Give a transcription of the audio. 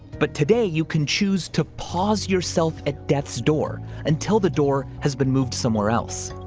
but today, you can choose to pause yourself at death's door until the door has been moved somewhere else.